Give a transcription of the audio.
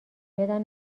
یادم